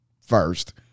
first